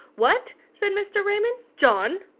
what! said mr. raymond. john!